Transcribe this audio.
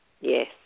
Yes